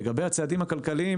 לגבי הצעדים הכלכליים